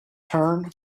turn